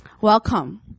welcome